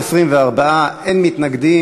נגד?